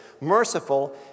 Merciful